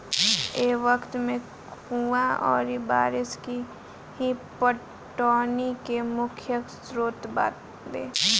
ए वक्त में कुंवा अउरी बारिस ही पटौनी के मुख्य स्रोत बावे